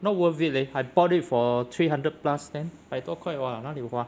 not worth it leh I bought it for three hundred plus then 百多块哪里有划